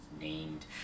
named